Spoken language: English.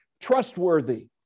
trustworthy